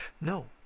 No